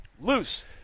loose